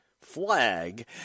flag